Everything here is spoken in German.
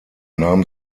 nahm